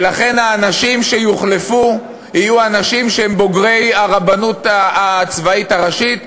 לכן האנשים שיוחלפו יהיו אנשים שהם בוגרי הרבנות הצבאית הראשית.